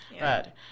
Right